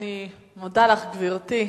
אני מודה לך, גברתי.